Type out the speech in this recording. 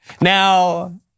Now